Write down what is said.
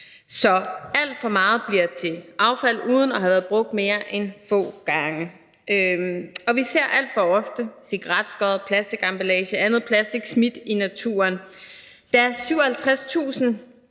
Så alt for meget bliver til affald uden at have været brugt mere end få gange. Og vi ser alt for ofte cigaretskod, plastikemballage og andet plastik smidt i naturen. Da 57.000